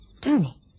Tony